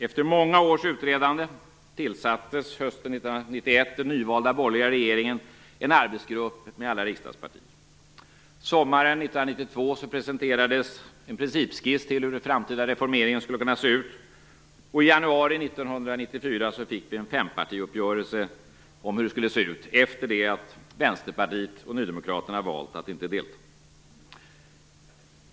Efter många års utredande tillsatte hösten 1991 den nyvalda borgerliga regeringen en arbetsgrupp med alla riksdagspartier. Sommaren 1992 presenterades en principskiss till hur den framtida reformeringen skulle kunna se ut, och i januari 1994 fick vi en fempartiuppgörelse om hur det skulle se ut efter det att Vänsterpartiet och Nydemokraterna valt att inte delta.